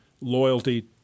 loyalty